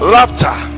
Laughter